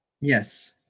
Yes